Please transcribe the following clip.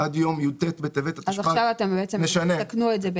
עד יום י"ט בטבת התשפ"ד- -- אז תתקנו את זה.